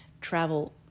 travel